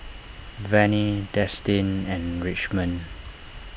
Vannie Destin and Richmond